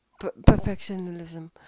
perfectionism